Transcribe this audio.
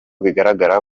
bigaragara